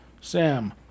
Sam